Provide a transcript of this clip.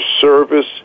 service